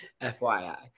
FYI